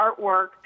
artwork